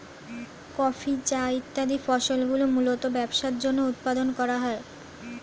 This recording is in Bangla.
কফি, চা ইত্যাদি ফসলগুলি মূলতঃ ব্যবসার জন্য উৎপাদন করা হয়